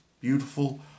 beautiful